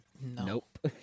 Nope